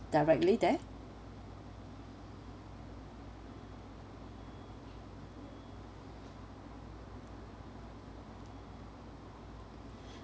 directly there